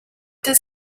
does